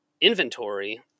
inventory